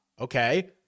okay